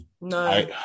no